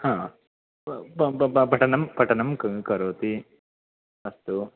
हा बब पठनं पठनं करोति अस्तु